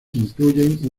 incluyen